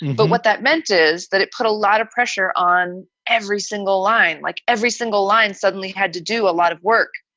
but what that meant is that it put a lot of pressure on every single line, like every single line suddenly had to do a lot of work.